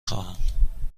خواهم